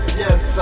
yes